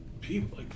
people